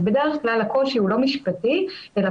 אז בדרך כלל הקושי הוא לא משפטי אלא